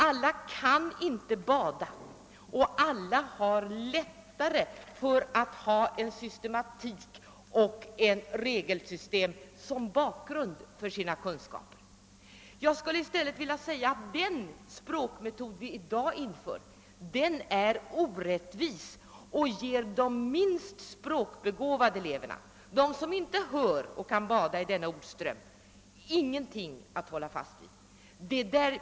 Alla kan inte bada, och för alla är det lättare att ha en systematik och ett regelsystem som bakgrund för sina kunskaper. Jag skulle vilja säga att den språkmetod vi i dag tillämpar är orättvis och inte ger de minst språkbegåvade eleverna, som inte kan bada i denna ordström, något att hålla fast vid.